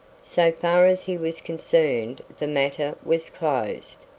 so far as he was concerned the matter was closed.